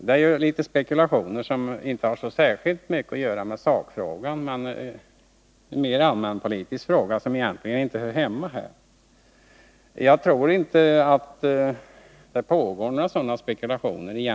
Det är funderingar som inte har särskilt mycket att göra med sakfrågan. Det gäller mer en allmänpolitisk fråga, som egentligen inte hör hemma här. Jag tror inte att det pågår några sådana spekulationer.